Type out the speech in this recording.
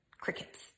crickets